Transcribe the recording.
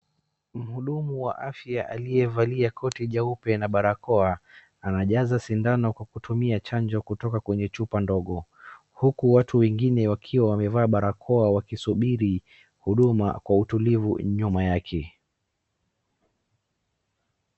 Mhudumu wa afya aliyevalia koti jeupe na barakoa anajaza sindano kwa kutumia chanjo kutoka kwenye chupa ndogo, huku watu wengine wakiwa wamevaa barakoa wakisubiri huduma kwa utulivu nyuma yake.